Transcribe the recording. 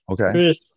Okay